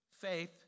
faith